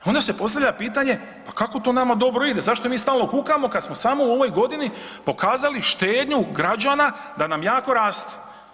Onda se postavlja pitanje pa kako to nama dobro ide, zašto mi stalno kukamo kad smo samo u ovoj godini pokazali štednju građana da nam jako raste.